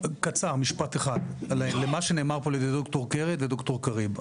משפט אחד לגבי מה שנאמר פה ע"י ד"ר קרת וד"ר קריב,